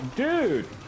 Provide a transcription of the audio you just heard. dude